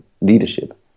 leadership